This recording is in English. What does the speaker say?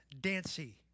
Dancy